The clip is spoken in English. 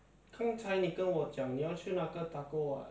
不可以我不可以吃那么多